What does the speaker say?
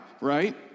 right